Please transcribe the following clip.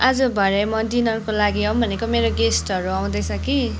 आज भरे म डिनरको लागि आउँ भनेको मेरो गेस्टहरू आउँदैछ कि